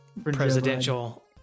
presidential